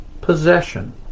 possession